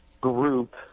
group